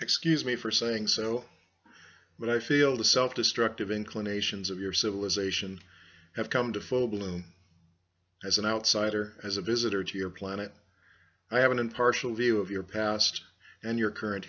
excuse me for saying so but i feel the self destructive inclinations of your civilization have come to full bloom as an outsider as a visitor to your planet i have an impartial view of your past and your current